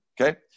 Okay